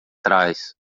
trás